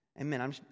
Amen